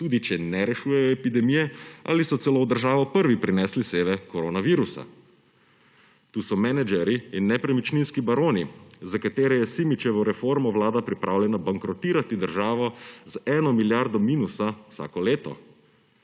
tudi če ne rešujejo epidemije ali so celo v državo prvi prinesli seve koronavirusa. Tu so menedžerji in nepremičninski baroni, za katere je s Simičevo reformo Vlada pripravljena bankrotirati državo z eno milijardo minusa vsako leto.